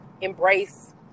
embrace